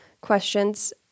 questions